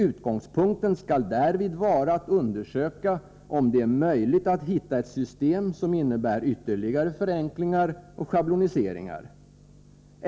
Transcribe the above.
Utgångspunkten skall därvid vara att undersöka om det är möjligt att hitta ett system som innebär ytterligare förenklingar och schabloniseringar.